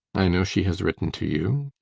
i know she has written to you.